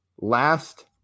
last